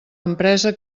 empresa